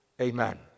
Amen